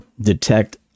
detect